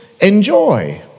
enjoy